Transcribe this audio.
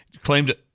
claimed